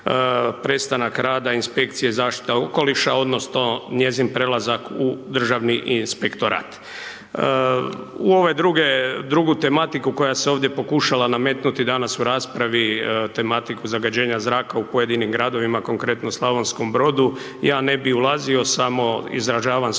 U ove druge, drugu tematiku koja se ovdje pokušala nametnuti danas u raspravi, tematiku zagađenja zraka u pojedinim gradovima konkretno Slavonskom Brodu, ja ne bi ulazio samo izražavam svoj